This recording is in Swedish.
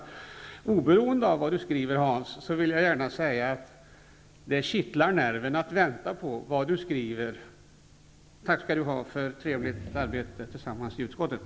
Oberoende av vad du skriver, Hans, vill jag gärna säga att det kittlar nerverna att vänta på det du skriver. Tack skall du ha för trevligt arbete tillsammans i utskottet.